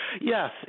Yes